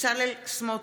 בצלאל סמוטריץ'